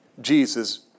Jesus